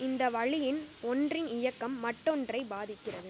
இந்த வழியில் ஒன்றின் இயக்கம் மற்றொன்றை பாதிக்கிறது